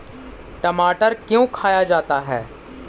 टमाटर क्यों खाया जाता है?